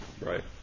right